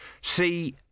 See